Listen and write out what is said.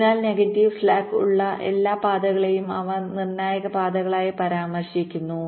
അതിനാൽ negative slack ഉള്ള എല്ലാ പാതകളെയും അവ നിർണായക പാതകളായി പരാമർശിക്കുന്നു